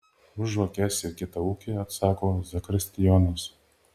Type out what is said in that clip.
už žvakes ir kitą ūkį atsako zakristijonas